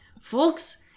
folks